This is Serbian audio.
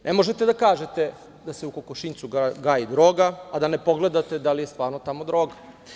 Ne možete da kažete da se u kokošinjcu gaji droga, a da ne pogledate da li je stvarno tamo droga.